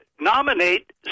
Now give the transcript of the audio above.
nominate